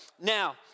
Now